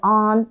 on